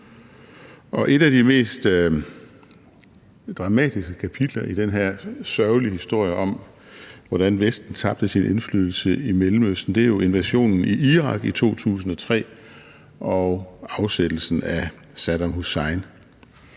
et af de mest dramatiske kapitler i den her sørgelige historie om, hvordan Vesten tabte sin indflydelse i Mellemøsten, er jo invasionen i Irak i 2003 og afsættelsen af Saddam Hussein.